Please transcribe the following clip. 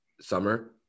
summer